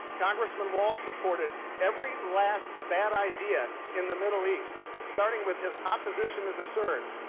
congressman walz supported every last bad idea in the middle east. starting with his opposition to the surge.